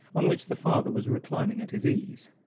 on which the father was reclining at his ease.